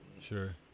Sure